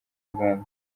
uganda